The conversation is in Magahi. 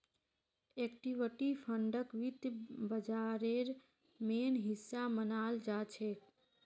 इक्विटी फंडक वित्त बाजारेर मेन हिस्सा मनाल जाछेक